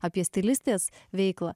apie stilistės veiklą